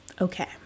Okay